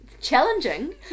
challenging